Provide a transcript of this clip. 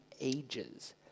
ages